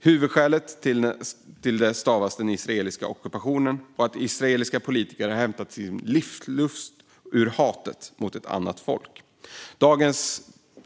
Huvudskälet till det stavas den israeliska ockupationen och israeliska politiker som hämtar sin livsluft ur hatet mot ett annat folk.